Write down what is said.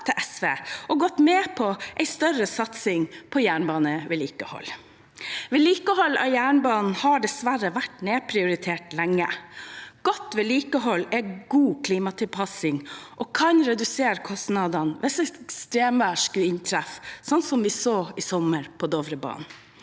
til SV og gått med på en større satsing på jernbanevedlikehold. Vedlikehold av jernbanen har dessverre vært nedprioritert lenge. Godt vedlikehold er god klimatilpassing og kan redusere kostnadene hvis ekstremvær skulle inntreffe, slik vi så i sommer på Dovrebanen.